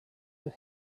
but